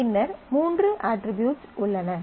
பின்னர் மூன்று அட்ரிபியூட்ஸ் உள்ளன